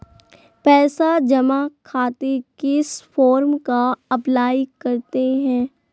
पैसा जमा खातिर किस फॉर्म का अप्लाई करते हैं?